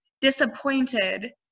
disappointed